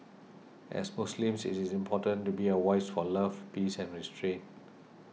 as Muslims it is important to be a voice for love peace and restraint